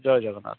Jay Jagannath